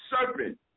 serpent